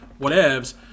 whatevs